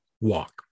walk